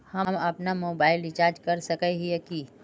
हम अपना mobile recharge कर सकय हिये की?